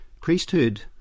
priesthood